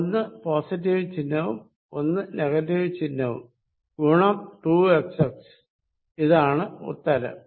ഒന്ന് പോസിറ്റീവ് ചിഹ്നവും ഒന്ന് നെഗറ്റീവ് ചിഹ്നവും ഗുണം 2xx ഇതാണ് ഉത്തരം